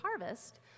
harvest